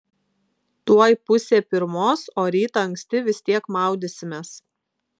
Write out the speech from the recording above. tuoj pusė pirmos o rytą anksti vis tiek maudysimės